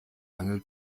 angel